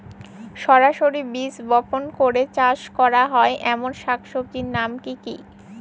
সরাসরি বীজ বপন করে চাষ করা হয় এমন শাকসবজির নাম কি কী?